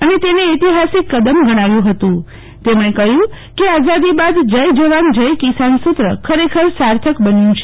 અને તેને ઐતિહાસિક કદમ ગણાવ્યું હતું તે મણે કહયું કે આઝાદી બાદ જય જવાન જય કિસાન સત્ર ખરેખર સાર્થક બન્યું છે